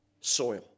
soil